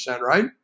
right